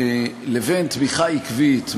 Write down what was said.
לבין תמיכה עקבית,